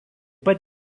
pat